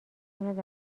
کند